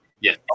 Yes